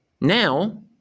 Now